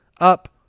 up